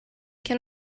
can